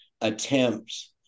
attempt